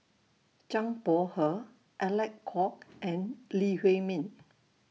Zhang Bohe Alec Kuok and Lee Huei Min